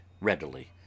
READILY